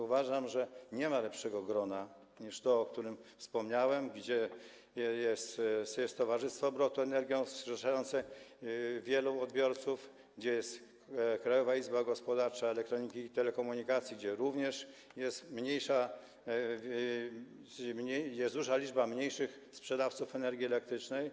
Uważam, że nie ma lepszego grona niż to, o którym wspomniałem, gdzie jest Towarzystwo Obrotu Energią, zrzeszające wielu odbiorców, gdzie jest Krajowa Izba Gospodarcza Elektroniki i Telekomunikacji, gdzie jest również duża liczba mniejszych sprzedawców energii elektrycznej.